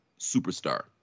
Superstar